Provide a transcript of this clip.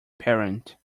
parent